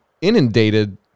inundated